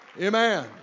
Amen